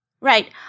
Right